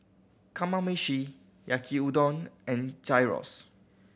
Kamameshi Yaki Udon and Gyros